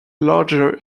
larger